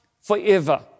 forever